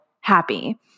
happy